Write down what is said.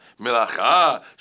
Melacha